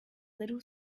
little